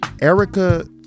Erica